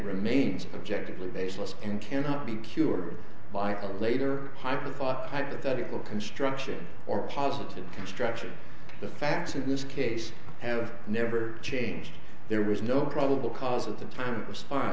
remains objective lee baseless and cannot be cured by a later high profile hypothetical construction or positive construction the facts in this case have never changed there was no probable cause at the time it was fi